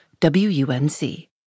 WUNC